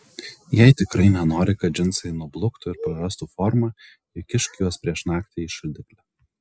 jei tikrai nenori kad džinsai nubluktų ir prarastų formą įkišk juos prieš naktį į šaldiklį